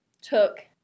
took